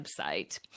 website